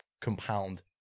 compound